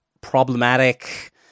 Problematic